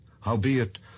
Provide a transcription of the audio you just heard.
Howbeit